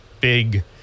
big